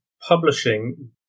publishing